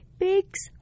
pigs